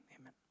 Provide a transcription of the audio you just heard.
Amen